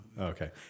Okay